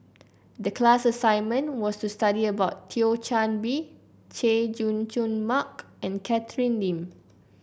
the class assignment was to study about Thio Chan Bee Chay Jung Jun Mark and Catherine Lim